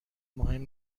مهم